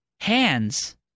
Hands